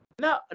no